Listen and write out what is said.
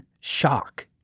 shock